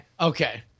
Okay